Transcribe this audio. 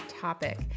topic